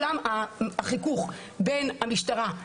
החיכוך בין המשטרה,